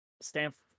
Stanford